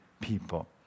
people